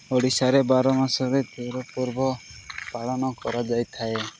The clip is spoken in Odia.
ଓଡ଼ିଶାରେ ବାର ମାସରେ ତେର ପର୍ବ ପାଳନ କରାଯାଇଥାଏ